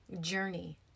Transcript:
journey